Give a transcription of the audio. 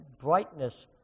brightness